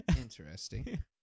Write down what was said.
Interesting